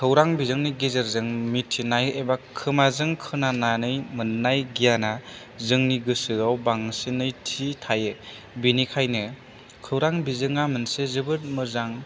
खौरां बिजोंनि गेजेरजों मिन्थिनाय एबा खोमाजों खोनानानै मोननाय गियाना जोंनि गोसोआव बांसिनै थि थायो बेनिखायनो खौरां बिजोङा मोनसे जोबोद मोजां